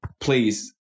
please